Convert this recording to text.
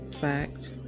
fact